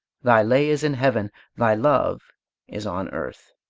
thy lay is in heaven thy love is on earth.